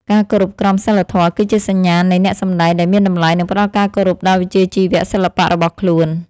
ការគោរពក្រមសីលធម៌គឺជាសញ្ញាណនៃអ្នកសម្តែងដែលមានតម្លៃ និង ផ្តល់ការគោរពដល់វិជ្ជាជីវៈសិល្បៈរបស់ខ្លួន។